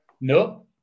No